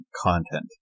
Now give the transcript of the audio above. content